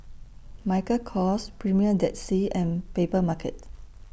Michael Kors Premier Dead Sea and Papermarket